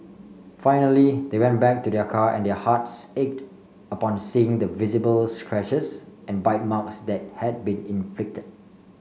finally they went back to their car and their hearts ached upon seeing the visible scratches and bite marks that had been inflicted